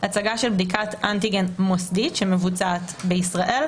הצגה של בדיקת אנטיגן מוסדית שמבוצעת בישראל,